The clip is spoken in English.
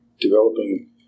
developing